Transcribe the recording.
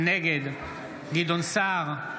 נגד גדעון סער,